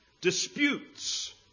disputes